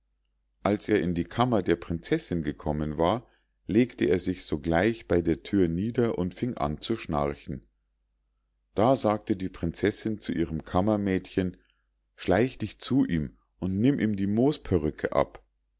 als er in die kammer der prinzessinn gekommen war legte er sich sogleich bei der thür nieder und fing an zu schnarchen da sagte die prinzessinn zu ihrem kammermädchen schleich dich zu ihm und nimm ihm die moosperrücke ab